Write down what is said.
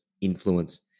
influence